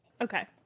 Okay